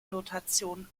notation